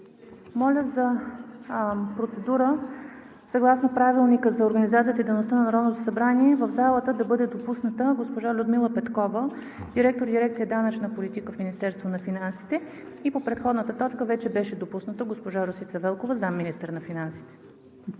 моля за процедура съгласно Правилника за организацията и дейността на Народното събрание в залата да бъде допусната госпожа Людмила Петкова – директор на дирекция „Данъчна политика“ в Министерството на финансите. По предходната точка беше допусната Росица Велкова – заместник-министър на финансите.